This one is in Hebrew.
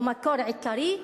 או מקור עיקרי,